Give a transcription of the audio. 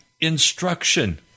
instruction